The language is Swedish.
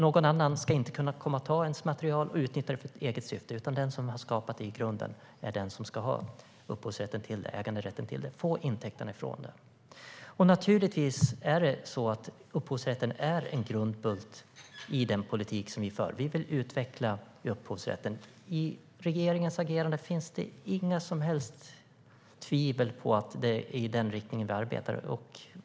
Någon annan ska inte kunna ta ens material och utnyttja det för eget syfte, utan den som i grunden skapat något är den som ska ha upphovsrätten, äganderätten, och få intäkterna från det. Givetvis är upphovsrätten en grundbult i den politik som vi för. Vi vill utveckla upphovsrätten. I regeringens agerande finns inga som helst tvivel om att det är i den riktningen man arbetar.